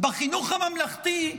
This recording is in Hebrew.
בחינוך הממלכתי,